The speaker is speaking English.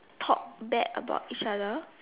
talk bad about each other